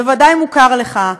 בוודאי מוכר לך,